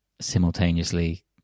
simultaneously